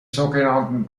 sogenannten